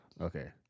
Okay